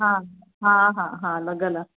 हा हा हा हा लगल आहे